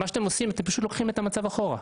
מה שאתם עושים, אתם פשוט לוקחים את המצב אחורה,